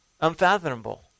unfathomable